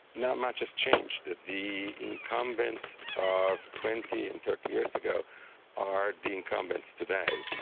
not much has changed. and the incumbents of twenty and thirty years ago are the incumbents today.